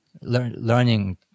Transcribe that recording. Learning